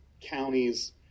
counties